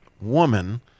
woman